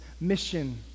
mission